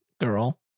girl